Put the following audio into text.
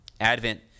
Advent